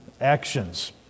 actions